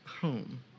home